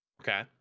okay